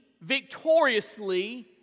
victoriously